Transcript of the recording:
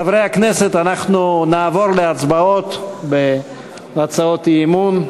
חברי הכנסת אנחנו נעבור להצבעות על הצעות האי-אמון.